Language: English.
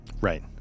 Right